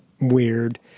weird